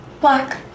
Black